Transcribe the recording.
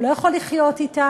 הוא לא יכול לחיות אתה?